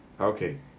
Okay